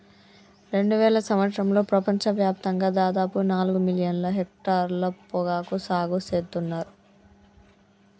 రెండువేల సంవత్సరంలో ప్రపంచ వ్యాప్తంగా దాదాపు నాలుగు మిలియన్ల హెక్టర్ల పొగాకు సాగు సేత్తున్నర్